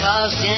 Cause